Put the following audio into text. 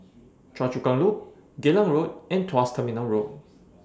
Choa Chu Kang Loop Geylang Road and Tuas Terminal Road